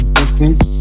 difference